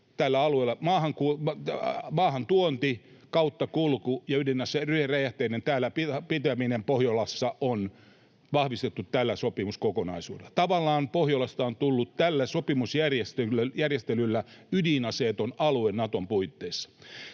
tällä alueella — maahantuonti, kauttakulku sekä ydinaseiden ja ‑räjähteiden pitäminen täällä Pohjolassa — on vahvistettu tällä sopimuskokonaisuudella. Tavallaan Pohjolasta on tullut tällä sopimusjärjestelyllä ydinaseeton alue Naton puitteissa.